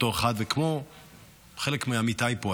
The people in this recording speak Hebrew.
כמו חלק מעמיתיי פה,